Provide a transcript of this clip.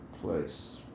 place